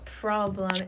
problem